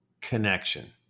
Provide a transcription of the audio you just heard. connection